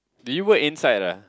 did you wait inside ah